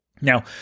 Now